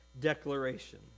declaration